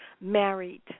married